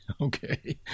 Okay